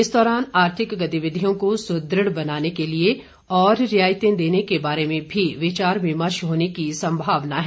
इस दौरान आर्थिक गतिविधियों को सुदृढ़ बनाने के लिए और रियायतें देने के बारे में भी विचार विमर्श होने की संभावना है